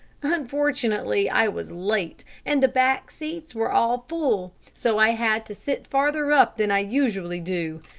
unfortunately i was late, and the back seats were all full, so i had to sit farther up than i usually do.